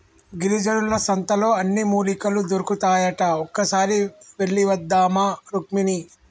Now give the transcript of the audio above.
గిరిజనుల సంతలో అన్ని మూలికలు దొరుకుతాయట ఒక్కసారి వెళ్ళివద్దామా రుక్మిణి